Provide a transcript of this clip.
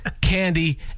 candy